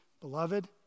Beloved